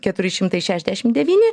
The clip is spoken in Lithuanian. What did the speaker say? keturi šimtai šešiasdešim devyni